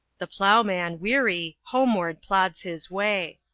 the ploughman, weary, homeward plods his way.